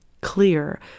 clear